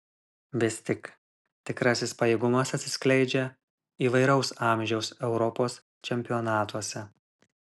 vis tik tikrasis pajėgumas atsiskleidžia įvairaus amžiaus europos čempionatuose